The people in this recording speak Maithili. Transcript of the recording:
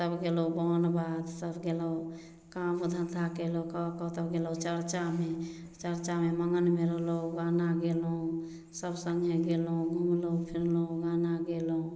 तब गेलहुॅं वन बाध सभ गेलहुॅं काम धन्धा केलहुॅं कऽ कऽ तब गेलहुॅं चर्चामे चर्चामे मगनमे रहलहुॅं गाना गेलहुॅं सभ सङ्गे गेलहुॅं घुमलहुॅं फिरलहुॅं गाना गेलहुॅं